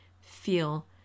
feel